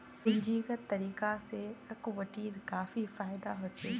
पूंजीगत तरीका से इक्विटीर काफी फायेदा होछे